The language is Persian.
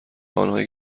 آنهایی